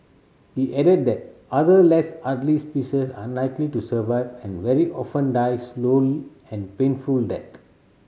he added that other less hardly species are unlikely to survive and very often die slow and painful death